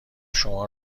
شما